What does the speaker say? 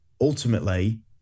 ultimately